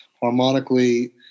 harmonically